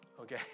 okay